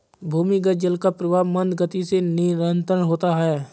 भूमिगत जल का प्रवाह मन्द गति से निरन्तर होता है